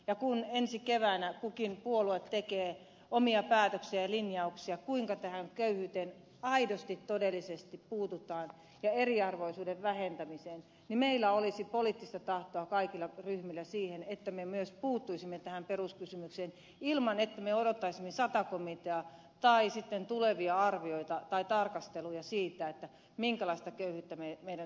ja kun ensi keväänä kukin puolue tekee omia päätöksiä ja linjauksia kuinka tähän köyhyyteen aidosti todellisesti puututaan ja eriarvoisuuden vähentämiseen niin meillä olisi poliittista tahtoa kaikilla ryhmillä siihen että me myös puuttuisimme tähän peruskysymykseen ilman että me odottaisimme sata komiteaa tai sitten tulevia arvioita tai tarkasteluja siitä minkälaista köyhyyttä meidän suomalaisessa yhteiskunnassamme on